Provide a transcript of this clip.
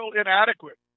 inadequate